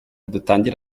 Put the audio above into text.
dutangire